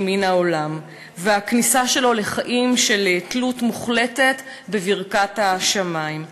מן העולם והכניסה שלו לחיים של תלות מוחלטת בברכת השמים,